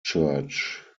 church